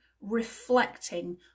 reflecting